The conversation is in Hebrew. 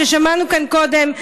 ששמענו כאן קודם,